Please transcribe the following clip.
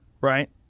right